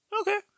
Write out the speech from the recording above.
Okay